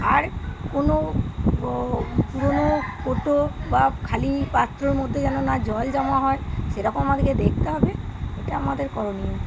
আর কোনো পুরনো কোটো বা খালি পাত্রর মধ্যে যেন না জল জমা হয় সে রকম আমাদেরকে দেখতে হবে এটা আমাদের করণীয়